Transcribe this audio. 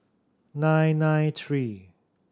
nine nine three